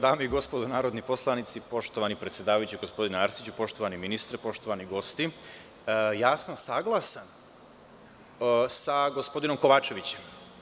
Dame i gospodo narodni poslanici, poštovani predsedavajući, gospodine Arsiću, poštovani ministre, poštovani gosti, saglasan sam sa gospodinom Kovačevićem.